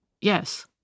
Yes